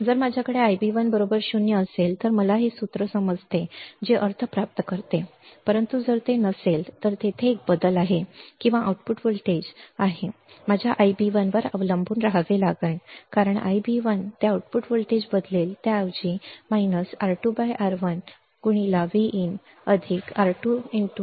जर माझ्याकडे Ib1 0 असेल तर मला हे सूत्र समजते जे अर्थ प्राप्त करते परंतु जर ते नसेल तर तेथे एक बदल आहे किंवा आउटपुट व्होल्टेज आउटपुट व्होल्टेज आहे माझ्या Ib1 वर अवलंबून रहावे कारण Ib1 ते आउटपुट व्होल्टेज बदलेल त्याऐवजी R2R1 Vin R2Ib1 तर हे Ib1R2 येथे इनपुट ऑफसेट व्होल्टेज दर्शवते